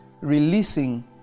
releasing